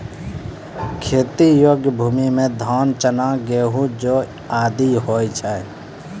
खेती योग्य भूमि म धान, चना, गेंहू, जौ आदि होय छै